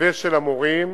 ושל המורים